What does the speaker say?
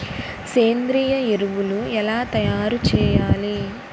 సేంద్రీయ ఎరువులు ఎలా తయారు చేయాలి?